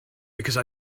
because